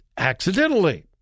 Accidentally